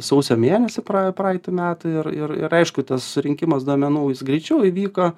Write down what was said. sausio mėnesį pra praeitų metų ir ir ir aišku tas rinkimas duomenų jis greičiau įvyko